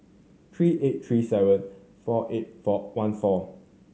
three eight three seven four eight four one four